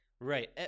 Right